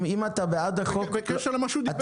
אם אתה בעד החוק --- בקשר למה שהוא דיבר.